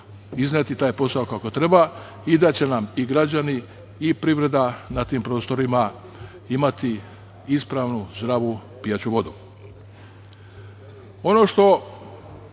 izneti taj posao kako treba i da će nam i građani i privreda na tim prostorima imati ispravnu zdravu pijaću vodu. Ono